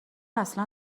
اصلا